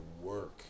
work